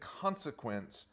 consequence